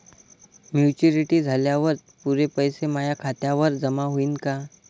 Maturity झाल्यावर पुरे पैसे माया खात्यावर जमा होईन का?